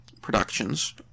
Productions